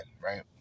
right